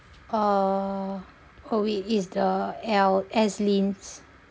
uh oh wait it's the el~ ezlyn's